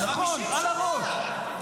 על הראש.